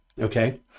okay